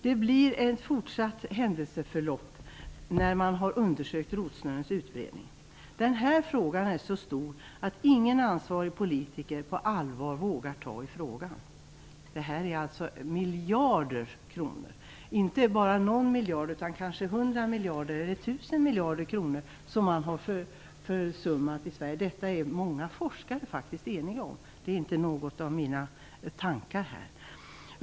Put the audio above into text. Det blir ett fortsatt händelseförlopp när man har undersökt rotsnurrens utbredning. Den här frågan är så stor att ingen ansvarig politiker på allvar vågar ta i frågan. Det gäller miljarder kronor. Det gäller inte bara någon miljard utan kanske 100 eller 1 000 miljarder kronor, som man har försummat i Sverige. Många forskare är faktiskt eniga om detta. Det är inte bara något som jag har tänkt ut här.